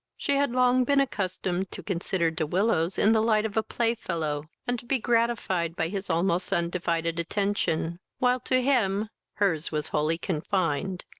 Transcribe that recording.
she had long been accustomed to consider de willows in the light of a playfellow, and to be gratified by his almost undivided attention, while to him her's was wholly confined.